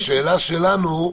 בשביל הפרוטוקול,